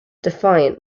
defiant